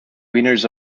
winners